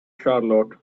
charlotte